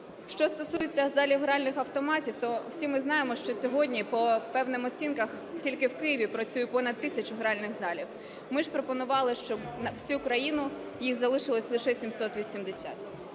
Що стосується залів гральних автоматів, то всі ми знаємо, що сьогодні по певним оцінкам тільки в Києві працює понад 1 тисяча гральних залів. Ми ж пропонували, щоб на всю країну їх залишилось лише 780.